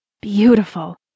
Beautiful